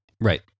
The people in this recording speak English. Right